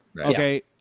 Okay